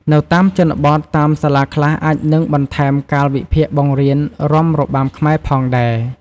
នៅតាមជនបទ តាមសាលាខ្លះអាចនឹងបន្ថែមកាលវិភាគបង្រៀនរាំរបាំខ្មែរផងដែរ។